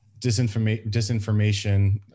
disinformation